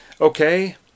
Okay